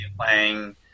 playing